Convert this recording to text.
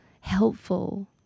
helpful